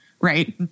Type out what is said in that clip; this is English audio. Right